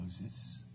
Moses